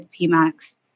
PMAX